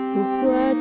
Pourquoi